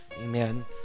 Amen